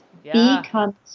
become